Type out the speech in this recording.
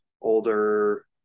older